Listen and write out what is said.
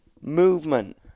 Movement